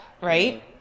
Right